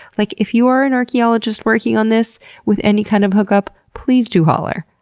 like if you are an archaeologist working on this with any kind of hookup, please do holler.